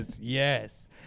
yes